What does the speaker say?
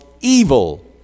evil